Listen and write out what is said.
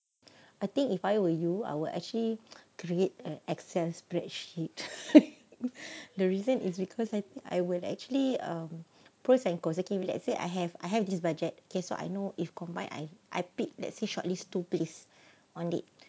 I think if I were you I will actually create an excel spreadsheet the reason is because I I will actually um pros and cons if let's say I have I have this budget okay what I know if combine I I pick let's say shortlist two place on it